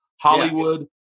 Hollywood